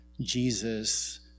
Jesus